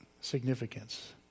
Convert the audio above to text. significance